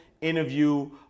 interview